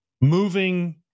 moving